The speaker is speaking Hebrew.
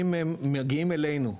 אם הם מגיעים אלינו,